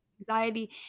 anxiety